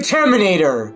Terminator